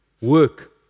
work